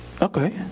okay